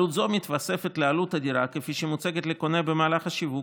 עלות זו מתווספת על עלות הדירה כפי שהיא מוצגת לקונה במהלך השיווק.